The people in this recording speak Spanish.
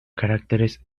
caracteres